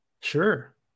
Sure